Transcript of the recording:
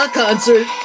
concert